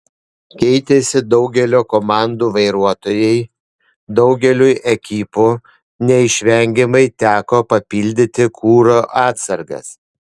keitėsi daugelio komandų vairuotojai daugeliui ekipų neišvengiamai teko papildyti kuro atsargas